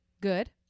Good